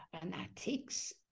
fanatics